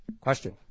question